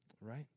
right